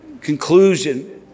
conclusion